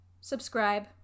subscribe